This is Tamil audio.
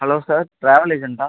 hello sir travel ஏஜெண்ட்டா